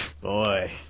boy